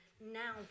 now